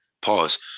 pause